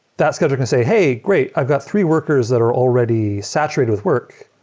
that's scheduler can say, hey, great! i've got three workers that are already saturated with work.